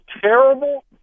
terrible